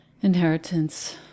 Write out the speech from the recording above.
Inheritance